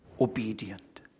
obedient